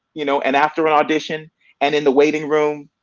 you know, and after an audition and in the waiting room,